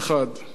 אג'נדה אחת.